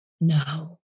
no